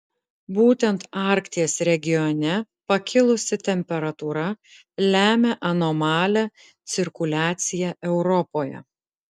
būtent arkties regione pakilusi temperatūra lemia anomalią cirkuliaciją europoje